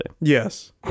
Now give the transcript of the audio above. Yes